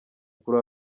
kuri